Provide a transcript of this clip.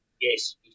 Yes